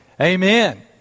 Amen